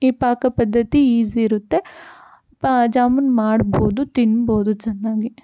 ಈ ಪಾಕಪದ್ಧತಿ ಈಸಿ ಇರುತ್ತೆ ಪಾ ಜಾಮೂನು ಮಾಡ್ಬೋದು ತಿನ್ಬೋದು ಚೆನ್ನಾಗಿ